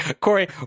Corey